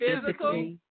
physically